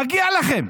מגיע לכם.